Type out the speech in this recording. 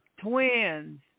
twins